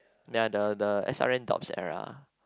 ya the the S_R_N dopes era